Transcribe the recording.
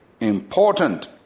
important